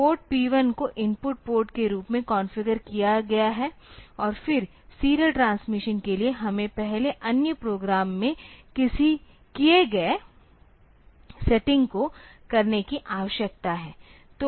port P1 को input port के रूप में कॉन्फ़िगर किया गया है और फिर सीरियल ट्रांसमिशन के लिए हमें पहले अन्य प्रोग्राम में किए गए सेटिंग को करने की आवश्यकता है